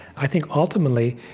i think, ultimately,